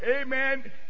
Amen